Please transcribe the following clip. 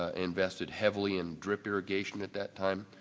ah invested heavily in drop irrigation at that time,